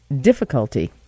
difficulty